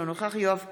אינו נוכח יואב קיש,